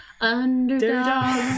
underdog